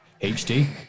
HD